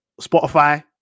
Spotify